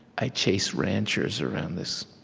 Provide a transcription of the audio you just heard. i chase ranchers around this.